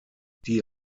die